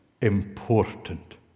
important